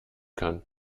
kann